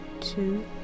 two